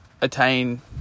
attain